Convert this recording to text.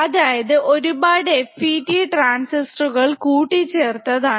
അതായത് ഒരുപാട് FET ട്രാൻസിസ്റ്ററുകൾ കൂട്ടിച്ചേർത്തതാണ്